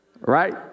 Right